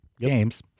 James